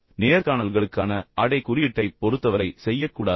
நேர்காணல்களுக்கான ஆடைக் குறியீட்டைப் பொறுத்தவரை செய்யக்கூடாதது